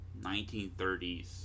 1930s